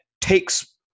takes